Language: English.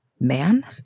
man